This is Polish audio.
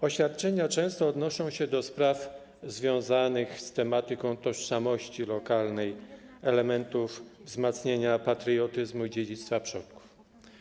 Oświadczenia często odnoszą się do spraw związanych z tematyką tożsamości lokalnej, wzmacniania patriotyzmu i dziedzictwa przodków.